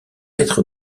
être